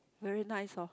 very nice hor